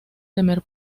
temer